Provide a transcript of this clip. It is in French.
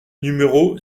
numéro